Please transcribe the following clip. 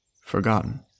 Forgotten